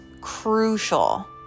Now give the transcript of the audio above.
crucial